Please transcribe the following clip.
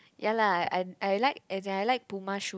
ya lah I I like and I like Puma shoe